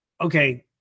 okay